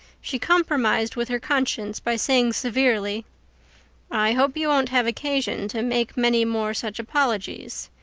she compromised with her conscience by saying severely i hope you won't have occasion to make many more such apologies.